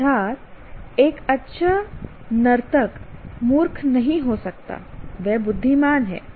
अर्थात एक अच्छा नर्तक मूर्ख नहीं हो सकता वह बुद्धिमान हैं